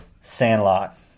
Sandlot